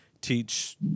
teach